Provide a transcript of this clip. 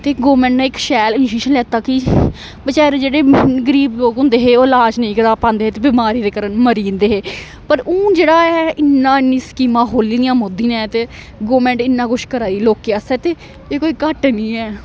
ते गौरमेंट ने इक शैल लैता कि बेचारे जेह्ड़े गरीब लोक होंदे हे ओह् लाज नेईं करा पांदे हे ते बमारी दे नै मरी जंदे हे पर हून जेह्ड़ा ऐ इन्ना इन्नी स्कीमां खोह्ली दियां मोदी नेै ते गौरमेंट इन्ना कुछ कराई दी लोकें आस्तै ते एह् कोई घट्ट निं ऐ